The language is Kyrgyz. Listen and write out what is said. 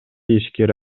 ишкер